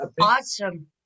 awesome